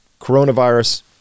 coronavirus